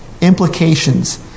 implications